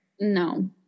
No